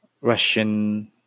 Russian